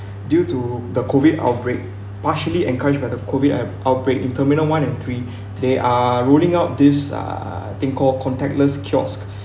due to the COVID outbreak partially encouragement of the COVID outbreak in terminal one and three they are rolling out this uh think called contactless kiosks